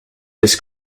this